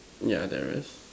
yeah there is